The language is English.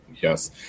yes